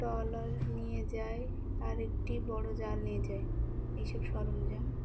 trailer নিয়ে যায় আর একটি বড়ো জাল নিয়ে যায় এইসব সরঞ্জাম